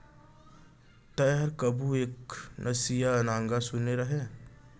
तैंहर कभू एक नसिया नांगर सुने रहें?